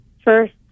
first